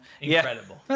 incredible